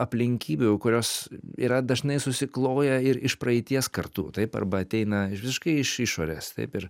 aplinkybių kurios yra dažnai susikloję ir iš praeities kartu taip arba ateina iš visiškai iš išorės taip ir